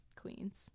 queens